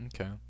Okay